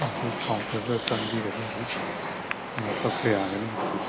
ꯑꯩꯈꯣꯏꯒꯤ ꯀꯥꯎꯟꯇꯔꯗꯨꯗ ꯆꯪꯕꯤꯔꯒ ꯑꯗꯨꯝ ꯀꯛꯄ ꯌꯥꯒꯅꯤ ꯑꯗꯨꯒꯤꯗꯤ